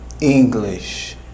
English